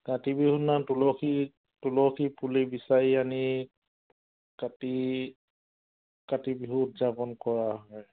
কাতি বিহুদিনাখন তুলসী তুলসী পুলি বিচাৰি আনি কাতি কাতি বিহু উদযাপন কৰা হয়